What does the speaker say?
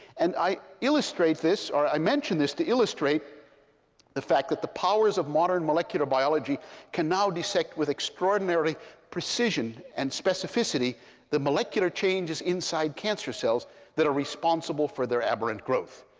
and i illustrate this, or i mention this to illustrate the fact that the powers of modern molecular biology can now dissect with extraordinary precision and specificity the molecular changes inside cancer cells that are responsible for their aberrant growth.